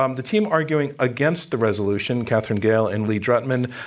um the team arguing against the resolution, katherine gehl and lee drutman,